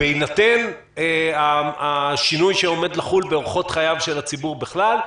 בהינתן השינוי שעומד לחול באורחות חייו של הציבור בכלל,